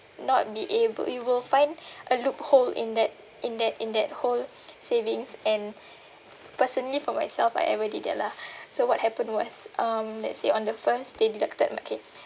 not be able we will find a loophole in that in that in that whole savings and personally for myself I ever did that lah so what happened was um let's say on the first they deducted